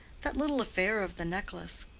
that little affair of the necklace,